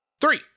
Three